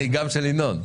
היא גם של ינון.